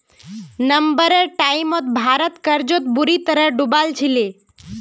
नब्बेर टाइमत भारत कर्जत बुरी तरह डूबाल छिले